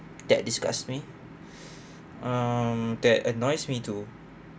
that disgusts me um that annoys me too